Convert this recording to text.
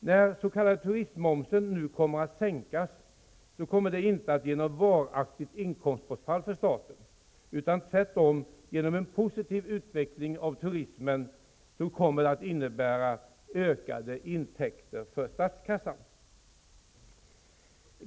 När den s.k. turistmomsen nu kommer att sänkas kommer det inte att ge något varaktigt inkomstbortfall för staten, utan tvärtom, genom en positiv utveckling av turismen, att innebära ökade intäkter för statskassan.